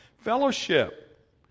fellowship